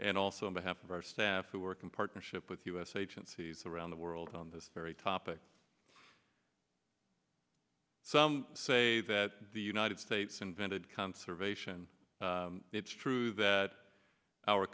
and also on behalf of our staff who work in partnership with u s agencies around the world on this very topic some say that the united states invented conservation it's true that our